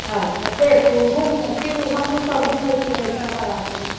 अच्छा देखू घूमू फिरू हमहुँ सब घूमैत फिरैत छी सब आदमी